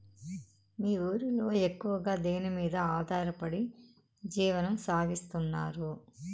మీ ఊరిలో ఎక్కువగా దేనిమీద ఆధారపడి జీవనం సాగిస్తున్నారు?